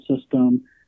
System